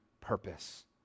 purpose